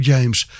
James